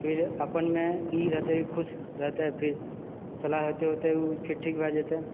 फिर अपनमे ई रहतेै खुश रहतेै फिर सलाह हेतेै फिर ठीक भए जेतए